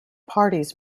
parties